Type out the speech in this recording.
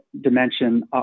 dimension